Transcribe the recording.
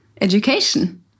education